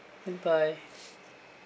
and bye